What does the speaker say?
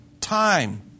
time